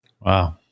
Wow